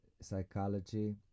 psychology